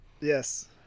Yes